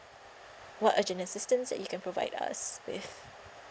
what urgent assistance that you can provide us with